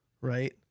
right